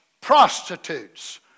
prostitutes